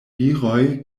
viroj